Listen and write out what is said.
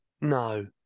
No